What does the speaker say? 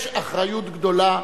יש אחריות גדולה.